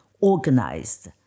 organized